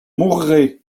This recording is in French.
mourrai